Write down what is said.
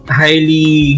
highly